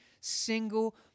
single